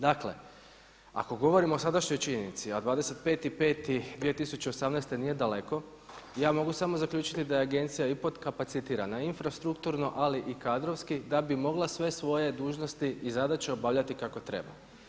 Dakle, ako govorimo o sadašnjoj činjenici, a 25.5.2018. nije daleko ja mogu samo zaključiti da je agencija i potkapacitirana infrastrukturno, ali i kadrovski da bi mogla sve svoje dužnosti i zadaće obavljati kako treba.